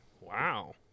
Wow